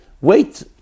wait